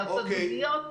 יועצות זוגיות.